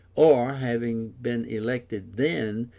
or, having been elected then,